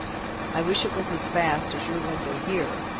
i wish it was as fast as your window here.